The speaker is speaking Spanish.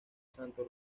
santo